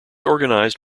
organized